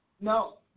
No